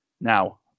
now